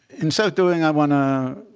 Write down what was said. in so doing, i want to